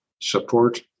support